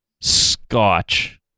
Scotch